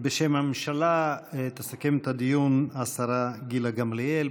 בשם הממשלה תסכם את הדיון השרה גילה גמליאל.